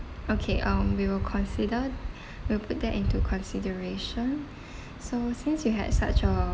okay um we will consider we'll put that into consideration so since you had such a